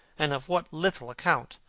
and of what little account!